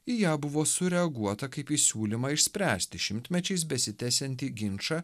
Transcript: į ją buvo sureaguota kaip į siūlymą išspręsti šimtmečiais besitęsiantį ginčą